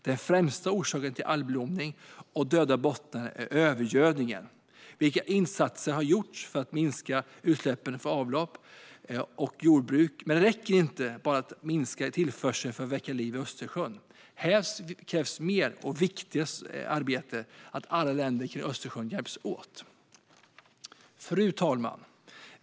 Den främsta orsaken till algblomning och döda bottnar är övergödningen. Viktiga insatser har gjorts för att minska utsläppen från avlopp och jordbruk, men det räcker inte att bara minska tillförseln för att väcka liv i Östersjön. Här krävs mer arbete, och det är viktigt att alla länder kring Östersjön hjälps åt. Fru talman!